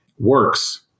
works